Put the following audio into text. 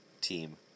team